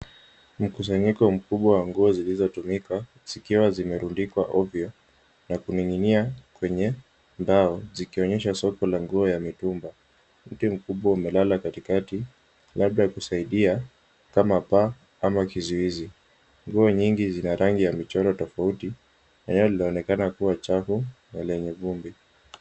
Mkusanyiko mkubwa wa nguo zilizotumika zikiwa zimerundikwa ovyo na kuning'inia kwenye mbao zikionyeshwa soko la nguo ya mitumba. Mti mkubwa imelala katikati labda kusaidia kama paa ama kisuizi. Nguo nyingi Zina rangi ya michoro tofauti eneo linaonekana kuwa chafu na lenye vumbi.